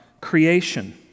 creation